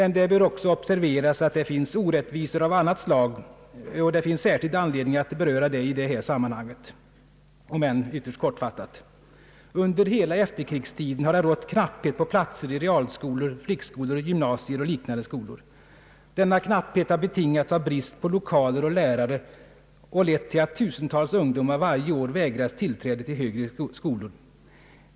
Men det bör också observeras, att det finns orättvisor av annat slag, och det finns särskild anledning att beröra det i det här sammanhanget om än ytterst kortfattat. Under hela efterkrigstiden har det rått knapphet på platser i realskolor, flickskolor, gymnasier och liknande skolor. Denna knapphet har betingats av brist på lokaler och lärare och har lett till att tusentals ungdomar varje år vägrats tillträde till högre skolor.